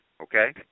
Okay